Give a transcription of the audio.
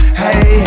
hey